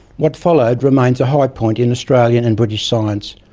what followed remains a high point in australian and british science,